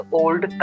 old